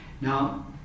Now